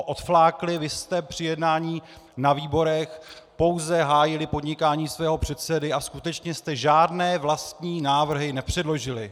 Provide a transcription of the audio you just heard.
Vy jste při jednání na výborech pouze hájili podnikání svého předsedy a skutečně jste žádné vlastní návrhy nepředložili.